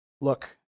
Look